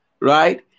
right